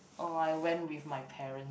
oh I went with my parent